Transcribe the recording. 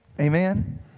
Amen